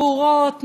ברורות,